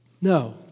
No